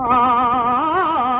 oh